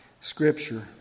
scripture